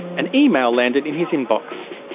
an email landed in his inbox.